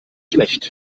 schlecht